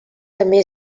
també